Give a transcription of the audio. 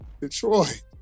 Detroit